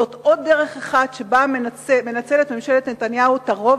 זו עוד דרך שבה מנצלת ממשלת נתניהו את הרוב